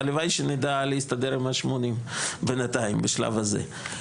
הלוואי שנדע להסתדר עם השמונים, בינתיים בשלב זה.